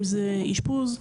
אם זה אשפוז.